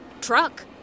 truck